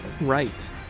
right